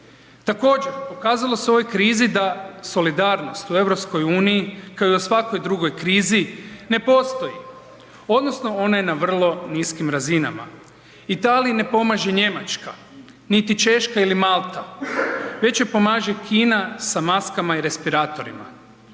Također, pokazalo se u ovoj krizi da solidarnost u EU kao i u svakoj drugoj krizi ne postoji odnosno ona je na vrlo niskim razinama. Italiji ne pomaže Njemačka niti Češka ili Malta, već joj pomaže Kina sa maskama i respiratorima.